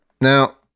Now